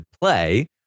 play